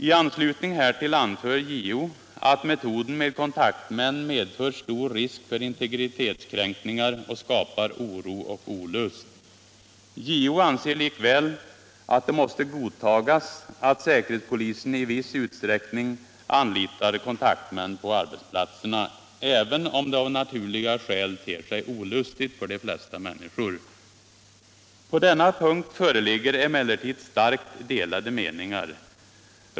I anslutning härtill anför JO att metoden med kontaktmän medför stor risk för integritetskränkningar och skapar oro och olust. JO anser likväl att det måste godtagas att säkerhetspolisen i viss utsträckning 97 Justitieombudsmännens verksamhet anlitar kontaktmän på arbetsplatserna, även om det av naturliga skäl ter sig olustigt för de flesta människor. På denna punkt föreligger emellertid starkt delade meningar.